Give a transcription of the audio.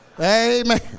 amen